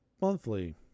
monthly